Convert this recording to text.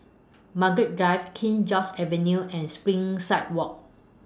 Margaret Drive King George's Avenue and Springside Walk